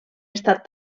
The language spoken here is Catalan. estat